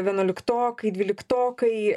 vienuoliktokai dvyliktokai